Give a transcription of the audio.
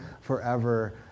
forever